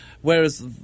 Whereas